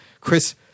Chris